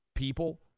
People